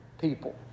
people